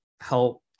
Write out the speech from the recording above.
helped